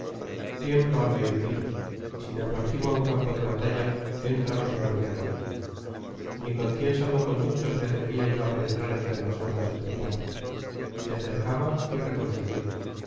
tiemblo al oír tiros y si me aproximo a un campo de batalla éntrame sudor de agonía ni con cien salvoconductos me atrevía yo a penetrar entre las hordas de zurbano me acercaba y retrocedía